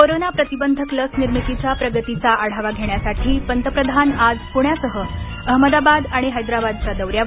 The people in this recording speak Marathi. कोरोना प्रतिबंधक लस निर्मितीच्या प्रगतीचा आढावा घेण्यासाठी पंतप्रधान आज पुण्यासह अहमदाबाद आणि हैदराबादच्या दौऱ्यावर